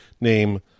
name